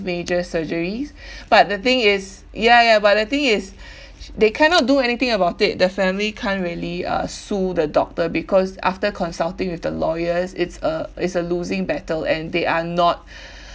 major surgeries but the thing is ya ya but the thing is sh~ they cannot do anything about it the family can't really uh sue the doctor because after consulting with the lawyers it's a it's a losing battle and they are not